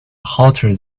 hotter